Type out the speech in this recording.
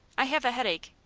i have a headache.